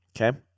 Okay